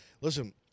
Listen